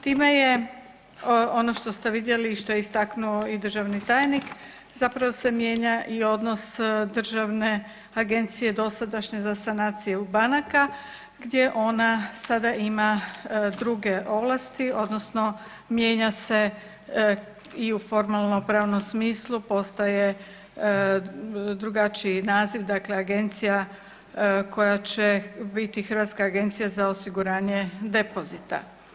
Time je ono što ste vidjeli i što je istaknuo i državni tajnik zapravo se mijenja i odnos državne agencije dosadašnje za sanaciju banaka gdje ona sada ima druge ovlasti odnosno mijenja se i u formalnopravnom smislu postaje drugačiji naziv dakle agencija koja će biti Hrvatska agencija za osiguranje depozita.